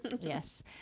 yes